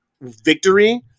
victory